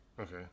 Okay